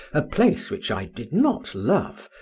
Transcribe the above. a place which i did not love,